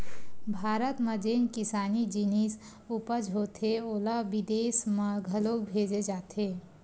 भारत म जेन किसानी जिनिस उपज होथे ओला बिदेस म घलोक भेजे जाथे